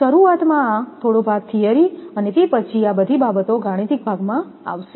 શરૂઆતમાં આ થોડો ભાગ થિયરી અને તે પછી આ બધી બાબતો ગાણિતિક ભાગમાં આવશે